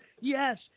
yes